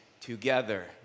together